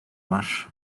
var